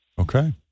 Okay